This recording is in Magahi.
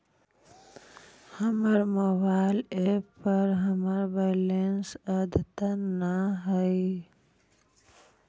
हमर मोबाइल एप पर हमर बैलेंस अद्यतन ना हई